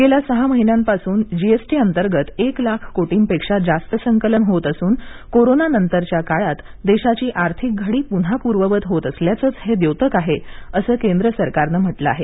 गेल्या सहा महिन्यापासून जीएसटी अंतर्गत एक लाख कोटींपेक्षा जास्त संकलन होत असून कोरोनानंतरच्या काळात देशाची आर्थिक घडी पुन्हा पूर्ववत होत असल्याचंच हे द्योतक आहे असं केंद्र सरकारनं म्हटलं आहे